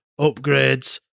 upgrades